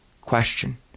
question